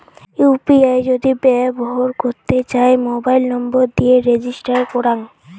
UPI যদি ব্যবহর করতে চাই, মোবাইল নম্বর দিয়ে রেজিস্টার করাং